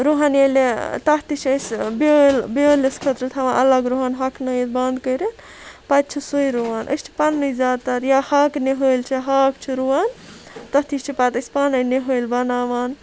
رُہَن ییٚلہِ تَتھ تہِ چھِ أسۍ بیٲلۍ بیٲلِس خٲطرِ تھاوان اَلَگ رُہَن ہۄکھنٲیِتھ بَنٛد کٔرِتھ پَتہٕ چھِ سۄے رُوان أسۍ أسۍ چھِ پَننِی زیادٕ تَر یا ہاکہٕ نِہیٚل چھِ ہاکھ چھِ رُوان تَتھ تہِ چھِ پَتہٕ أسۍ پانے نِہیٚل بَناوان